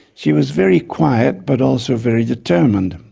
she was very quiet but also very determined.